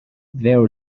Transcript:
there